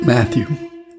Matthew